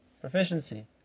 proficiency